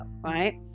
right